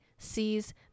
sees